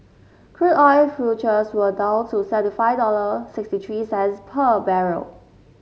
crude oil futures were down to seventy five dollar sixty threes per barrel